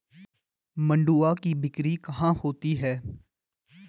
मंडुआ की बिक्री कहाँ होती है?